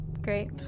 Great